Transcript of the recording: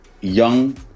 young